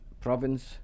province